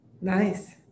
Nice